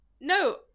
no